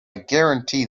guarantee